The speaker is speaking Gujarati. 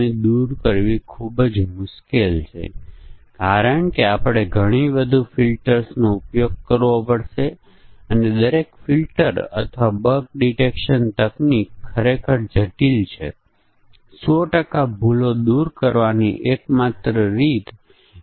જ્યારે ઘણા નિર્ણય લેવાના હોય જે સમસ્યા નિવેદનમાં સ્પષ્ટ કર્યું હોય ત્યારે ઇનપુટ શરતોના કેટલાક સંયોજનોને આધારે જુદી જુદી ક્રિયાઓ થાય છે